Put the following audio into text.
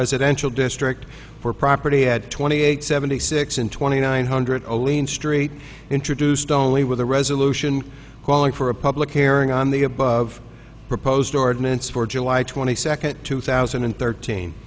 residential district for property had twenty eight seventy six and twenty nine hundred olean street introduced only with a resolution calling for a public airing on the above proposed ordinance for july twenty second two thousand and thirteen